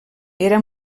era